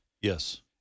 Yes